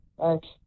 Thanks